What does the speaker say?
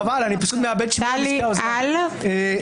חבל, אני פשוט מאבד --- טלי, אל תתערבי.